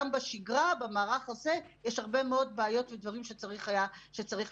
גם בשגרה במערך הזה יש הרבה מאוד בעיות ודברים שצריך לשפר,